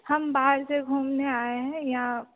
हम बाहर से घूमने आए हैं यहाँ